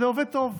זה עובד טוב,